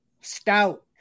stout